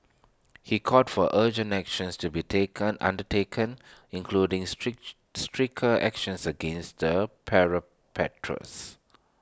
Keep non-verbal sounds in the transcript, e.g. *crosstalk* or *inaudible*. he called for urgent actions to be taken undertaken including stretch stricter actions against the *unintelligible*